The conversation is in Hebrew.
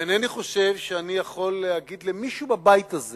אינני חושב שאני יכול להגיד למישהו בבית הזה